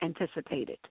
anticipated